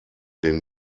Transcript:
den